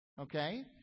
Okay